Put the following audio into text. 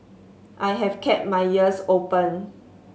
I have kept my ears open